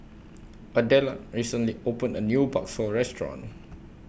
Adella recently opened A New Bakso Restaurant